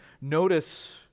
notice